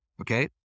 Okay